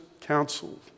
counsel